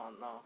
no